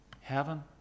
Heaven